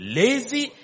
lazy